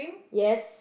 yes